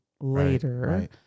later